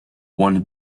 won